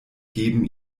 geben